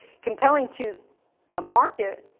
compelling to a market,